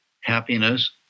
happiness